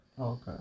okay